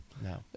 No